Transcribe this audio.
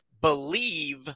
BELIEVE